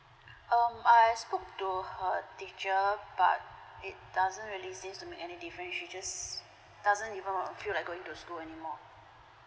um I spoke to her teacher but it doesn't really seems to make any difference she just doesn't even feel like going to school anymore